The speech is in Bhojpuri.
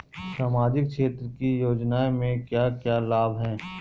सामाजिक क्षेत्र की योजनाएं से क्या क्या लाभ है?